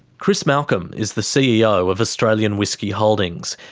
chris malcolm is the ceo of australian whisky holdings.